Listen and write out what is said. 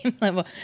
level